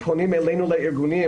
פונים אלינו לארגונים.